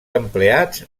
empleats